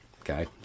okay